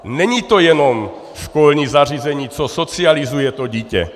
Není to jenom školní zařízení, co socializuje to dítě.